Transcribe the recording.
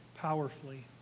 Powerfully